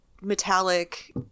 metallic